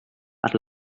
per